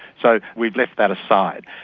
so we've left that aside.